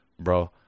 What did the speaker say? Bro